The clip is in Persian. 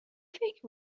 فکر